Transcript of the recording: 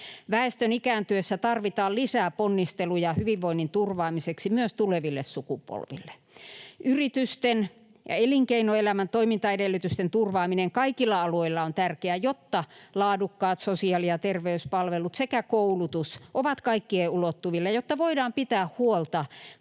Väestön ikääntyessä tarvitaan lisää ponnisteluja hyvinvoinnin turvaamiseksi myös tuleville sukupolville. Yritysten ja elinkeinoelämän toimintaedellytysten turvaaminen kaikilla alueilla on tärkeää, jotta laadukkaat sosiaali- ja terveyspalvelut sekä koulutus ovat kaikkien ulottuvilla, jotta voidaan pitää huolta